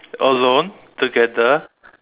alone together